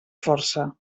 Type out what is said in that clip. força